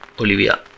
Olivia